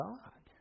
God